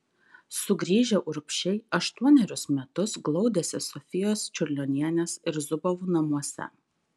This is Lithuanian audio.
sugrįžę urbšiai aštuonerius metus glaudėsi sofijos čiurlionienės ir zubovų namuose